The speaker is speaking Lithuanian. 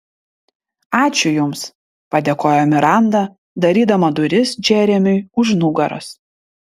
ačiū jums padėkojo miranda darydama duris džeremiui už nugaros